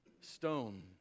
stone